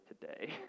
today